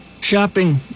shopping